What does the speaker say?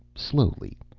slowly,